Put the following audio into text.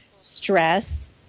stress